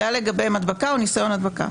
שהיו לגביהם הדבקה או ניסיון הדבקה.